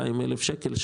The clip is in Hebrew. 200,000 שקל,